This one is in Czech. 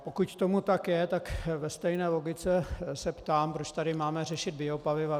Pokud tomu tak je, tak ve stejné logice se ptám, proč tu máme řešit biopaliva.